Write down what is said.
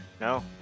No